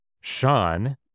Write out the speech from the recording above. Sean